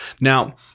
Now